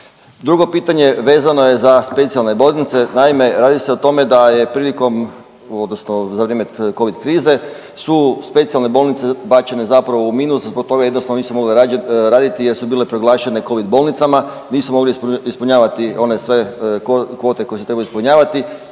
Drugo pitanje vezano je za specijalne bolnice, naime radi se o tome da je prilikom odnosno za vrijeme Covid krize su specijalne bolnice bačene zapravo u minus. Zbog toga nisu jednostavno nisu mogle raditi jer su bile proglašene Covid bolnicama, nisu mogle ispunjavati one sve kvote koje su trebale ispunjavati